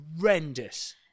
horrendous